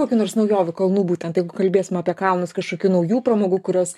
kokių nors naujovių kalnų būtent jeigu kalbėsim apie kalnus kažkokių naujų pramogų kurios